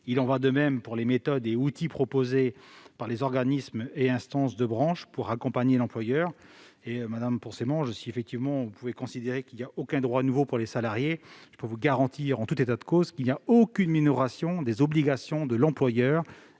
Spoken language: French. Il en va de même pour les méthodes et outils proposés par les organismes et instances de branche afin d'accompagner l'employeur. Madame Poncet Monge, si vous pouvez considérer qu'il n'y a aucun droit nouveau pour les salariés, je puis vous garantir qu'il n'y a aucune minoration des obligations de l'employeur,